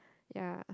ya